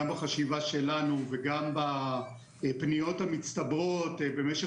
בחשיבה שלנו וגם בפניות המצטברות במשך